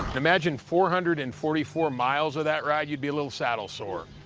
imagine four hundred and forty four miles of that ride, u'd be a little saddle sore.